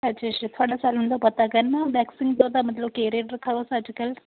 अच्छा अच्छा थुआढ़े सलून दा पता करना मैक्सीमम मतलब तुस केह् रेट रक्खे दा अज्जकल